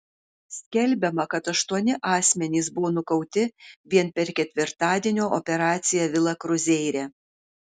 skelbiama kad aštuoni asmenys buvo nukauti vien per ketvirtadienio operaciją vila kruzeire